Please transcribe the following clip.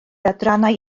adrannau